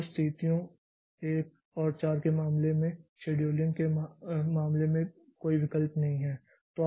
तो स्थितियों 1 और 4 के मामले में शेड्यूलिंग के मामले में कोई विकल्प नहीं है